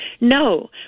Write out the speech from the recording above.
no